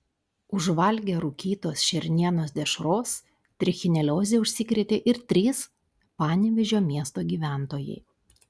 užvalgę rūkytos šernienos dešros trichinelioze užsikrėtė ir trys panevėžio miesto gyventojai